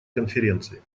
конференции